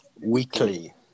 weekly